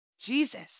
Jesus